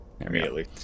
immediately